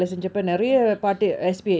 S_P_H